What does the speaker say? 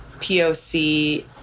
POC